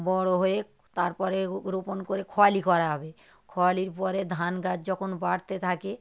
বড়ো হয়ে তারপরে রোপণ করে খোয়ালী করা হবে খোয়ালীর পরে ধান গাছ যখন বাড়তে থাকে